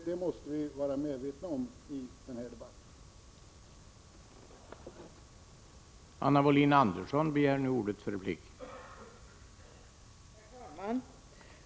Det måste vi vara medvetna om i den här debatten.